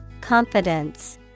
Confidence